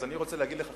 אז אני רוצה להגיד לך,